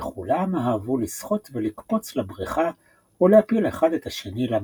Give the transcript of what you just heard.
וכלם אהבו לשחות ולקפץ לברכה ולהפיל אחד את השני למים.